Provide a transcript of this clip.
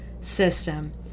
system